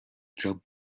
job